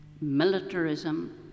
Militarism